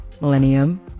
millennium